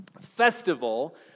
festival